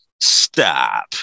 Stop